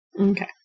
Okay